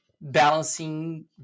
balancing